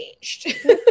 changed